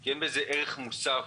כי אין בזה ערך מוסף